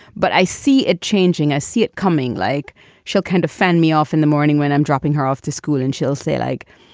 but i see it changing. i see it coming. like she'll kind of fend me off in the morning when i'm dropping her off to school and she'll say, like,